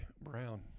Brown